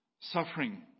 suffering